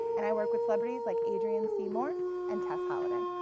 and i work with celebrities like adrienne c. moore and tess holliday.